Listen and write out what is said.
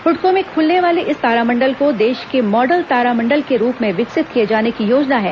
हुडको में खुलने वाले इस तारामंडल को देश के मॉडल तारामंडल के रूप में विकसित किए जाने की योजना है